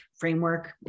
framework